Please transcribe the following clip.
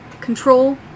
control